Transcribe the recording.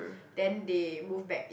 then they move back